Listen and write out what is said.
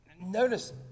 Notice